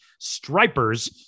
Stripers